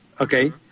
Okay